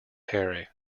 harry